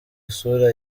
isura